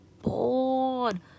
bored